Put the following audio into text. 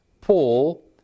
Paul